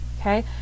okay